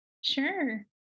Sure